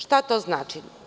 Šta to znači?